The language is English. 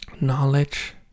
knowledge